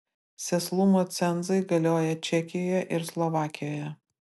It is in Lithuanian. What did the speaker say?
sėslumo cenzai galioja čekijoje ir slovakijoje